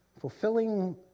fulfilling